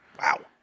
Wow